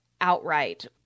outright